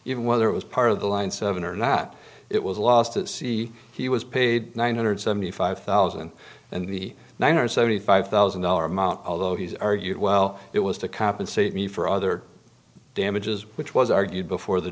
it whether it was part of the line seven or not it was lost at sea he was paid one hundred seventy five thousand and the nine hundred seventy five thousand dollar amount although he's argued well it was to compensate me for other damages which was argued before the